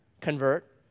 Convert